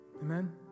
Amen